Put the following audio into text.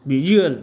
visual